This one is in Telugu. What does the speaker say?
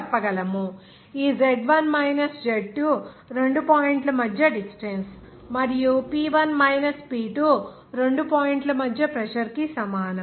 ఈ Z1 మైనస్ Z2 రెండు పాయింట్ల మధ్య డిస్టెన్స్ మరియు P1 మైనస్ P2 రెండు పాయింట్ల మధ్య ప్రెజర్ కి సమానం